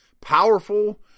powerful